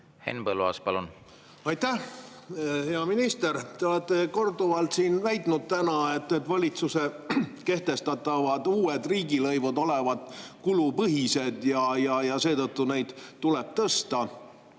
Henn Põlluaas, palun! Aitäh! Hea minister, te olete täna siin korduvalt väitnud, et valitsuse kehtestatavad uued riigilõivud on kulupõhised ja seetõttu neid tuleb tõsta.